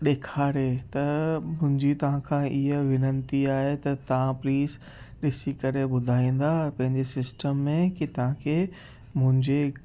ॾेखारे त मुंहिंजी तव्हां खां इहा विनती आहे त तव्हां प्लीज़ ॾिसी करे ॿुधाईंदा पंहिंजे सिस्टम में कि तव्हांखे मुंहिंजे